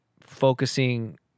focusing